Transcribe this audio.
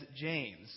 James